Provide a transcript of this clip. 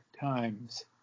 times